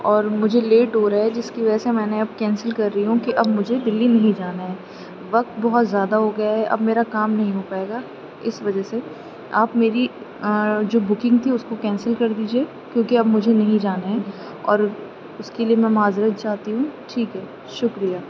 اور مجھے لیٹ ہو رہا ہے جس کی وجہ سے میں نے اب کیسنل کر رہی ہوں کہ اب مجھے دلی نہیں جانا ہے وقت بہت زیادہ ہو گیا ہے اب میرا کام نہیں ہو پائے گا اس وجہ سے آپ میری جو بکنگ تھی اس کو کینسل کر دیجیے کیونکہ اب مجھے نہیں جانا ہے اور اس کے لیے میں معذرت چاہتی ہوں ٹھیک ہے شکریہ